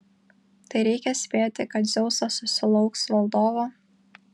tai reikia spėti kad dzeusas susilauks valdovo